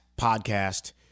podcast